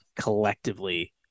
collectively